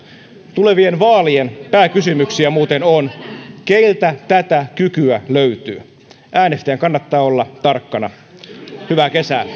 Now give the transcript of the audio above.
tulevien vaalien pääkysymyksiä muuten on keiltä tätä kykyä löytyy äänestäjän kannattaa olla tarkkana hyvää kesää